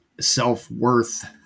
self-worth